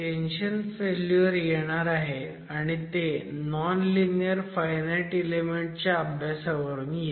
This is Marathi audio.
टेन्शन फेल्युअर येणार आहे आणि ते नॉन लिनीयर फायनाईट इलेमेंट च्या अभ्यासावरून येते